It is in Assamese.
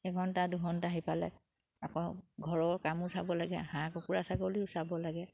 এঘণ্টা দুঘণ্টা সিফালে আকৌ ঘৰৰ কামো চাব লাগে হাঁহ কুকুৰা ছাগলীও চাব লাগে